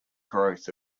growth